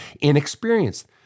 inexperienced